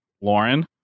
Lauren